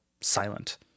silent